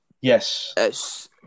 Yes